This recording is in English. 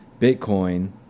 Bitcoin